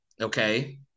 okay